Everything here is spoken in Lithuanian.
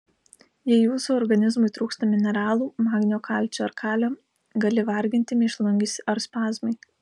jei jūsų organizmui trūksta mineralų magnio kalcio ar kalio gali varginti mėšlungis ar spazmai